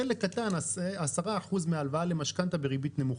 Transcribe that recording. חלק קטן של אולי 10% מההלוואה למשכנתא בריבית נמוכה.